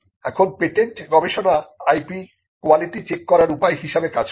এখন পেটেন্ট গবেষণা IP quality check করার উপায় হিসাবে কাজ করে